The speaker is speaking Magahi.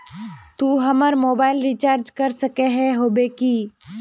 तू हमर मोबाईल रिचार्ज कर सके होबे की?